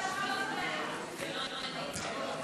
הכנסת (תיקון מס' 45)